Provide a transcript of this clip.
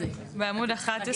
בעמוד 11